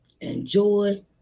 Enjoy